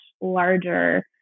larger